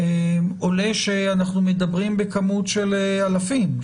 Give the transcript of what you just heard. עמודות עולה שאנחנו מדברים בכמות של אלפים,